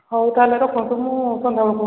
ହଉ ତାହେଲେ ରହନ୍ତୁ ମୁଁ ସନ୍ଧ୍ୟା ବେଳକୁ